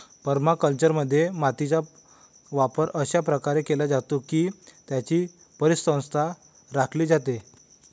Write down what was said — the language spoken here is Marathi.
परमाकल्चरमध्ये, मातीचा वापर अशा प्रकारे केला जातो की त्याची परिसंस्था राखली जाते